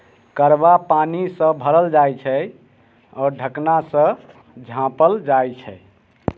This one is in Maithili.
करवा पानिसँ भरल जाइत छै आओर ढकनासँ झाँपल जाइत छै